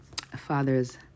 fathers